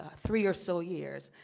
ah three or so years.